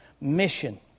mission